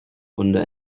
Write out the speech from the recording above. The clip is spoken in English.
under